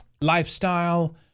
lifestyle